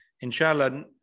inshallah